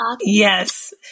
Yes